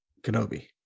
kenobi